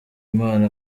imana